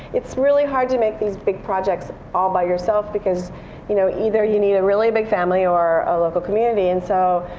it's really hard to make these big projects all by yourself, because you know either you need a really big family or a local community. and so,